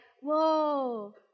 whoa